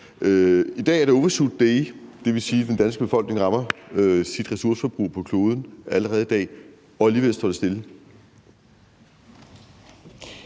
I dag er det overshoot day, det vil sige, at den danske befolkning rammer sit ressourceforbrug på kloden allerede i dag, og alligevel står det stille.